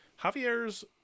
Javier's